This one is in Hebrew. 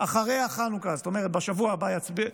אחרי חנוכה, זאת אומרת, בשבוע הבא יצביעו.